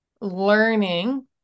learning